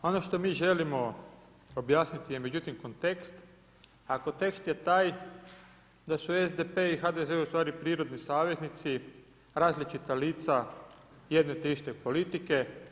Ono mi želimo objasniti je međutim kontekst a kontekst je taj da su SDP i HDZ ustvari prirodni saveznici, različita lica jedne te iste politike.